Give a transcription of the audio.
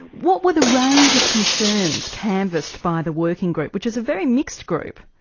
what were the range of concerns canvassed by the working group which is a very mixed group?